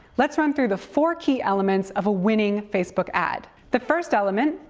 let's run through the four key elements of a winning facebook ad. the first element,